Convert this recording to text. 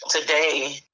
Today